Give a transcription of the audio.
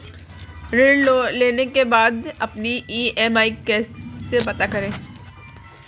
ऋण लेने के बाद अपनी ई.एम.आई कैसे पता करें?